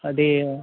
అది